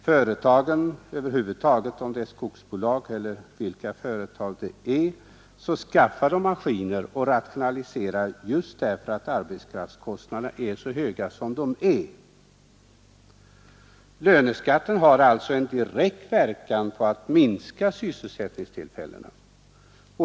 Alla företag — skogsbolag eller vilka det än gäller — skaffar maskiner och rationaliserar just för att arbetskraftskostnaderna är så höga som de är. Löneskatten medverkar alltså direkt till att minska sysselsättningstillfällena.